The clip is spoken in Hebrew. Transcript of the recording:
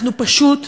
אנחנו פשוט,